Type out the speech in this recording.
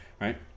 right